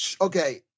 Okay